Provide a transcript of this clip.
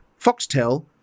Foxtel